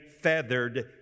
feathered